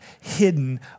hidden